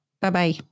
Bye-bye